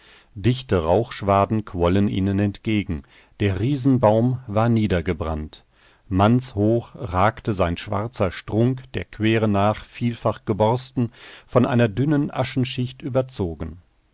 dichte rauchschwaden quollen ihnen entgegen der riesenbaum war niedergebrannt mannshoch ragte sein schwarzer strunk der quere nach vielfach geborsten von einer dünnen aschenschicht überzogen